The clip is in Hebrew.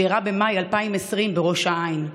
שאירע במאי 2020 בראש העין.